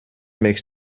makes